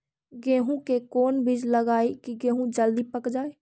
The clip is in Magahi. गेंहू के कोन बिज लगाई कि गेहूं जल्दी पक जाए?